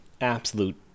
absolute